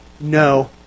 no